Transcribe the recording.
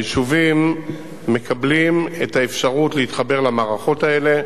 היישובים מקבלים את האפשרות להתחבר למערכות האלה,